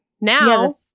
now